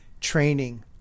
training